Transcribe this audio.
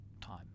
time